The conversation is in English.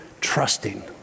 trusting